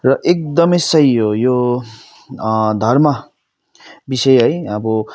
र एकदमै सही हो यो धर्म विषय है अब